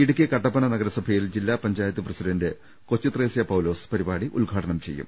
ഇടുക്കി കട്ടപ്പന നഗര സഭയിൽ ജില്ലാ പഞ്ചായത്ത് പ്രസിഡന്റ് കൊച്ചുത്രേസ്യാ പൌലോസ് പരി പാടി ഉദ്ഘാടനം ചെയ്യും